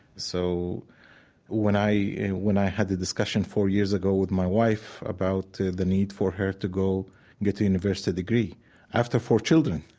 so when i when i had the discussion four years ago with my wife about the need for her to go get the university degree after four children,